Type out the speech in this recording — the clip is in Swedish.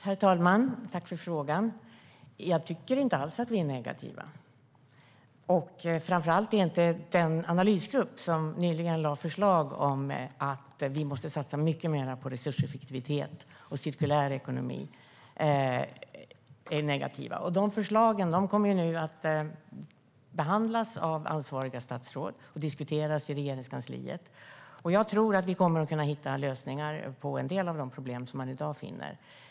Herr talman! Jag tackar för frågan. Jag tycker inte alls att vi är negativa, framför allt inte den analysgrupp som nyligen lade fram förslag om att vi måste satsa mycket mer på resurseffektivitet och cirkulär ekonomi. De förslagen kommer nu att behandlas av ansvariga statsråd och diskuteras i Regeringskansliet. Jag tror att vi kommer att kunna hitta lösningar på en del av de problem som man i dag finner.